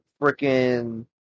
freaking